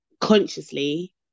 consciously